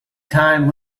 time